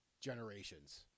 generations